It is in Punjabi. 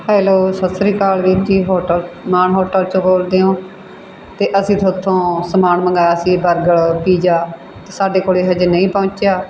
ਹੈਲੋ ਸਤਿ ਸ਼੍ਰੀ ਅਕਾਲ ਵੀਰ ਜੀ ਹੋਟਲ ਮਾਣ ਹੋਟਲ ਤੋਂ ਬੋਲਦੇ ਹੋ ਅਤੇ ਅਸੀਂ ਉਥੋਂ ਸਮਾਨ ਮੰਗਵਾਇਆ ਸੀ ਬਰਗਰ ਪੀਜ਼ਾ ਅਤੇ ਸਾਡੇ ਕੋਲ ਹਜੇ ਨਹੀਂ ਪਹੁੰਚਿਆ